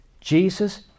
Jesus